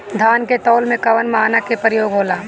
धान के तौल में कवन मानक के प्रयोग हो ला?